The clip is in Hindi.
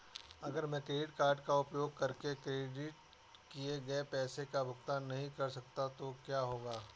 अगर मैं क्रेडिट कार्ड का उपयोग करके क्रेडिट किए गए पैसे का भुगतान नहीं कर सकता तो क्या होगा?